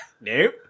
nope